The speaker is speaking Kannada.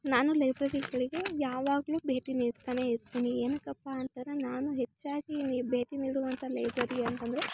ನಾನು ಲೈಬ್ರರಿಗಳಿಗೆ ಯಾವಾಗಲೂ ಭೇಟಿ ನೀಡ್ತಾನೆ ಇರ್ತೀನಿ ಏನಕ್ಕಪ್ಪ ಅಂತಂದರೆ ನಾನು ಹೆಚ್ಚಾಗಿ ನಿ ಭೇಟಿ ನೀಡುವಂಥತ ಲೈಬ್ರೆರಿ ಯಾವುದಂದ್ರೆ